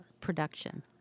production